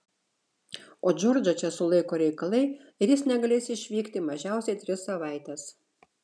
o džordžą čia sulaiko reikalai ir jis negalės išvykti mažiausiai tris savaites